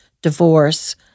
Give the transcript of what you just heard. divorce